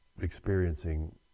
experiencing